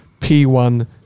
P1